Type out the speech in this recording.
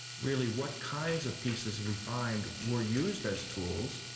really, what kinds of pieces we find were used as tools,